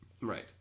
right